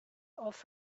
off